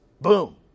Boom